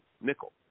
nickel